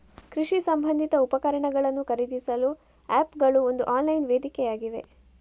ಕೃಷಿ ಸಂಬಂಧಿತ ಉಪಕರಣಗಳನ್ನು ಖರೀದಿಸಲು ಆಪ್ ಗಳು ಒಂದು ಆನ್ಲೈನ್ ವೇದಿಕೆಯಾಗಿವೆ